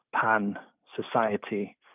pan-society